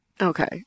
Okay